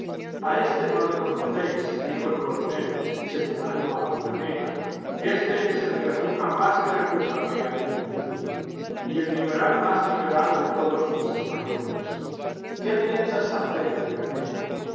a éste no le conocéis dijo el coronel señalando a aviraneta éste es el granuja más granuja que hay en el mundo y el liberal más liberal de todos los españoles qué piensas hacer aviraneta